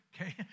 okay